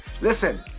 Listen